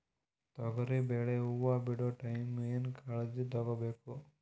ತೊಗರಿಬೇಳೆ ಹೊವ ಬಿಡ ಟೈಮ್ ಏನ ಕಾಳಜಿ ತಗೋಬೇಕು?